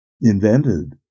invented